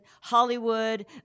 Hollywood